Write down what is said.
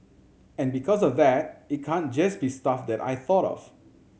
and because of that it can't just be stuff that I thought of